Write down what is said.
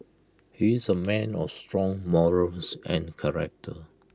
he's A man of strong morals and character